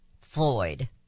Floyd